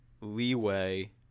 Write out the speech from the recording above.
leeway